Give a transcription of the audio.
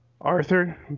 Arthur